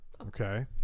okay